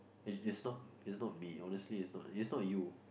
if it's not it's not be honestly it's not it's not you